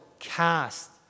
cast